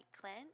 clint